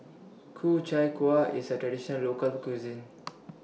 Ku Chai Kueh IS A Traditional Local Cuisine